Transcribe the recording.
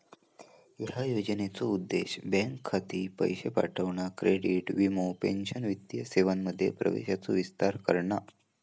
ह्या योजनेचो उद्देश बँक खाती, पैशे पाठवणा, क्रेडिट, वीमो, पेंशन वित्तीय सेवांमध्ये प्रवेशाचो विस्तार करणा